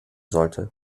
sollte